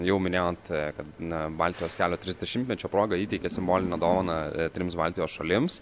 jau minėjot kad na baltijos kelio trisdešimtmečio proga įteikė simbolinę dovaną trims baltijos šalims